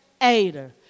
aider